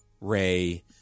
Ray